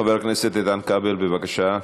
חבר הכנסת איתן כבל, בבקשה.